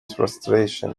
frustration